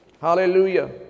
hallelujah